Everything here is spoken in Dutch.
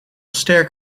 sterk